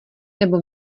nebo